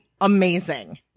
amazing